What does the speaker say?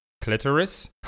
clitoris